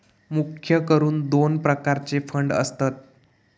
मुख्य करून दोन प्रकारचे फंड असतत